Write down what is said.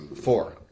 four